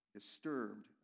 disturbed